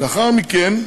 לאחר מכן,